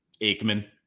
Aikman